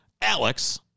Alex